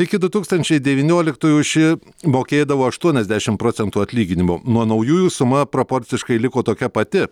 iki du tūkstančiai devynioliktųjų ši mokėdavo aštuoniasdešim procentų atlyginimo nuo naujųjų suma proporciškai liko tokia pati